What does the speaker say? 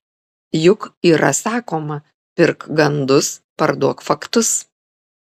juk yra sakoma pirk gandus parduok faktus